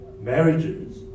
marriages